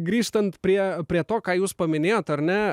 grįžtant prie prie to ką jūs paminėjot ar ne